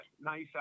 nice